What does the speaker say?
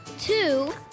two